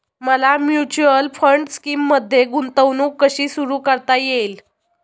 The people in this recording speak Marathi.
मला म्युच्युअल फंड स्कीममध्ये गुंतवणूक कशी सुरू करता येईल?